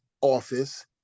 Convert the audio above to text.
office